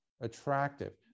attractive